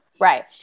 Right